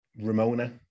Ramona